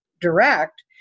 direct